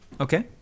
Okay